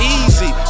easy